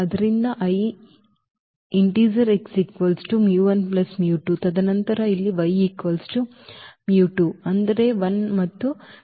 ಆದ್ದರಿಂದ in ತದನಂತರ ಇಲ್ಲಿ ಅಂದರೆ 1 ಮತ್ತು ಇದು